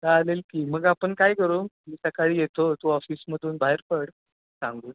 चालेल की मग आपण काय करू मी सकाळी येतो तू ऑफिसमधून बाहेर पड सांगू